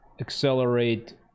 accelerate